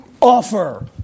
offer